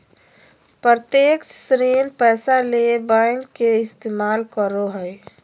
प्रत्यक्ष ऋण पैसा ले बैंक के इस्तमाल करो हइ